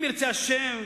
אם ירצה השם,